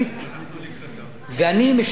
ואני משבח את שר האוצר